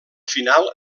final